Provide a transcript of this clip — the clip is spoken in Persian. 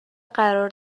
قرار